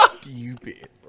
Stupid